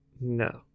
No